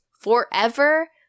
forever